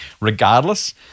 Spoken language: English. regardless